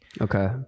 okay